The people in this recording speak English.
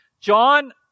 John